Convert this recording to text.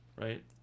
Right